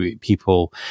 people